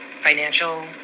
financial